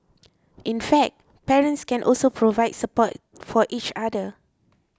in fact parents can also provide support for each other